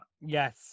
Yes